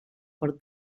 por